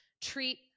treat